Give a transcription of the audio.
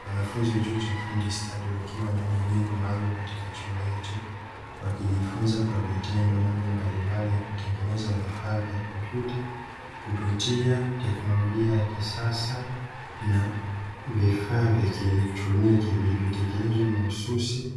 Wanafunzi wa chuo cha ufundi stadi wakiwa ndani ya jengo maalumu katika chuo hicho, wakijifunza kwa vitendo namna mbalimbali ya kutengeneza vifaa vya kompyuta, kupitia teknolojia ya kisasa na vifaa vya kieleteoniki, vilivyotengenezwa mahususi